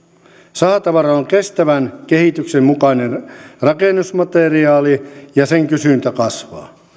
sahatavara on kestävän kehityksen mukainen rakennusmateriaali ja sen kysyntä kasvaa